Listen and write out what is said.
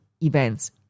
events